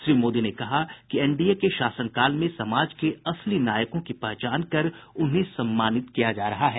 श्री मोदी ने कहा कि एनडीए के शासनकाल में समाज के असली नायकों की पहचान कर उन्हें सम्मानित किया जा रहा है